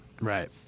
Right